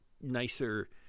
nicer